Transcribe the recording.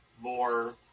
more